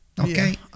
Okay